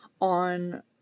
on